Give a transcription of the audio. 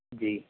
جی